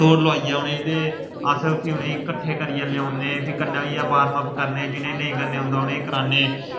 दौड़ लोआइयै उ'नेंगी ते अस फ्ही उ'नेंगी कट्ठे करियै लेऔने फ्ही कन्नै होइयै बार्मअप करने जि'नेंगी नेईं करने औंदा उ'नेंगी करान्ने